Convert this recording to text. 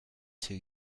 two